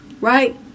Right